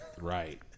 right